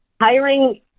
Hiring